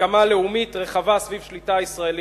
הסכמה לאומית רחבה סביב שליטה ישראלית,